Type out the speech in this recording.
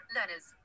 Learners